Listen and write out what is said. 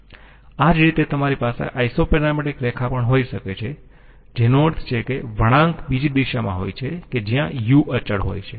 આ જ રીતે તમારી પાસે આઈસોપેરામેટ્રિક રેખા પણ હોઈ શકે છે જેનો અર્થ છે કે વળાંક બીજી દિશામાં હોય છે કે જ્યા u અચળ હોય છે